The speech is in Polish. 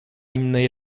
innej